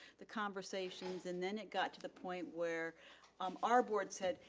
the conversations and then it got to the point where um our board said,